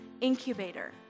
incubator